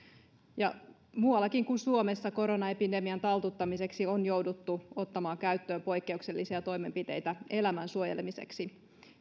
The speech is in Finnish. ja muuallakin kuin suomessa koronaepidemian taltuttamiseksi on jouduttu ottamaan käyttöön poikkeuksellisia toimenpiteitä elämän suojelemiseksi